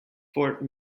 fort